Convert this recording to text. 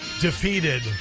defeated